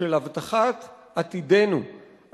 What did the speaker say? של הבטחת עתידנו,